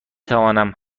توانم